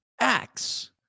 acts